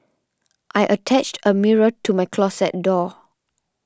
I attached a mirror to my closet door